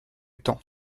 temps